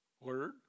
Word